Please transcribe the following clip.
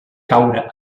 caure